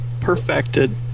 perfected